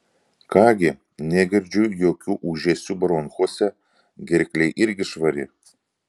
ką gi negirdžiu jokių ūžesių bronchuose gerklė irgi švari